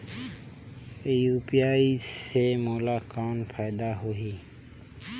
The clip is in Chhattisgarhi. यू.पी.आई से मोला कौन फायदा होही?